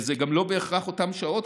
וזה גם לא בהכרח אותן שעות,